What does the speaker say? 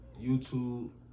YouTube